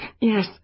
yes